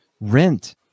rent